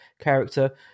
character